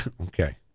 Okay